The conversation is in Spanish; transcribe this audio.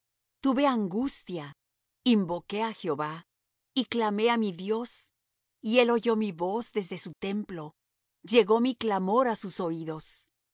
tuve angustia invoqué á jehová y clamé á mi dios y él oyó mi voz desde su templo llegó mi clamor á sus oídos